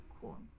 cool